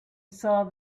saw